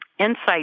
insight